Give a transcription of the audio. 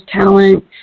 talent